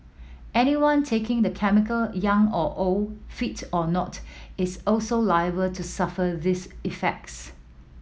anyone taking the chemical young or old fit or not is also liable to suffer these effects